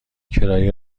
کرایه